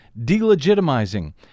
delegitimizing